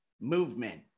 movement